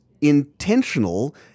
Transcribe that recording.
intentional